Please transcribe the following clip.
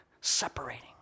Separating